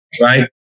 right